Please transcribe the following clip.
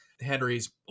Henry's